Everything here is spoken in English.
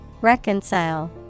Reconcile